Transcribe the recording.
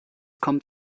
kommt